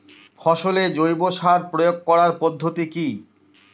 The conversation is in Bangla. ফসলে জৈব সার প্রয়োগ করার পদ্ধতি কি?